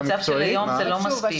במצב של היום זה לא מספיק.